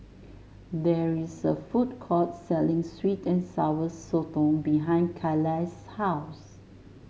there is a food court selling sweet and Sour Sotong behind Carlyle's house